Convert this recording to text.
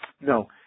No